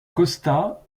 costa